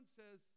says